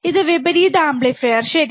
ഇത് വിപരീത ആംപ്ലിഫയർ ശരി